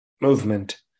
movement